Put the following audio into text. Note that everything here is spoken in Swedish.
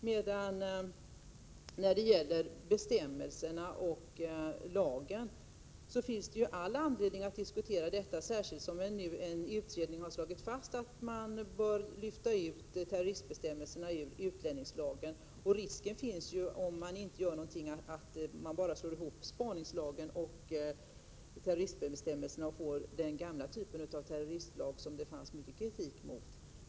Men det finns ju all anledning att diskutera bestämmelserna och lagen, särskilt som en utredning har slagit fast att man bör lyfta ut terroristbestämmelserna ur utlänningslagen. Om ingenting görs finns risken att man bara slår ihop spaningslagen och terroristbestämmelserna och får den gamla typen av terroristlag, som det framförts mycken kritik mot.